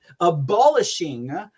abolishing